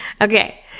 Okay